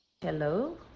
Hello